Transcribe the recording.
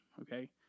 okay